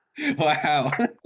Wow